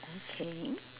okay